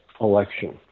election